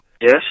Yes